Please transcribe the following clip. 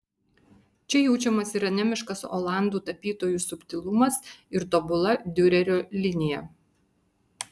čia jaučiamas ir anemiškas olandų tapytojų subtilumas ir tobula diurerio linija